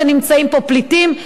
שנמצאים פה פליטים,